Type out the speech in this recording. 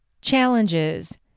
challenges